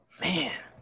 Man